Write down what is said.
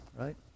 right